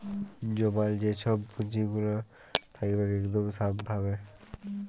জমাল যে ছব পুঁজিগুলা থ্যাকবেক ইকদম স্যাফ ভাবে